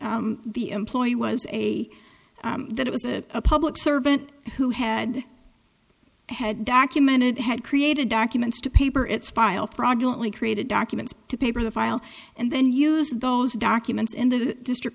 the employee was a that it was a public servant who had had documented had created documents to paper its file prodigally created documents to paper the file and then use those documents in the district